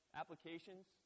applications